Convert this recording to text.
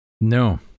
no